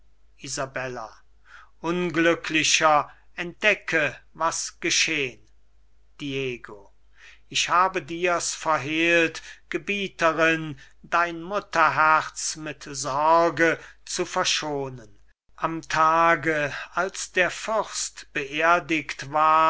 unglücklicher entdecke was geschehn diego ich habe dir's verhehlt gebieterin dein mutterherz mit sorgen zu verschonen am tage als der fürst beerdigt ward